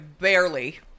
Barely